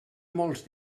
molts